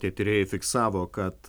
tie tyrėjai fiksavo kad